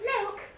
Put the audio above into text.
milk